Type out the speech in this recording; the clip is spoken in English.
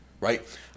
right